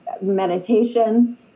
meditation